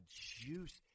juice